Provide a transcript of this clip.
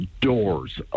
doors